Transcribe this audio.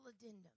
addendum